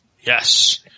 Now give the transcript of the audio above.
Yes